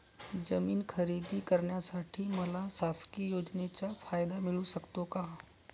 जमीन खरेदी करण्यासाठी मला शासकीय योजनेचा फायदा मिळू शकतो का?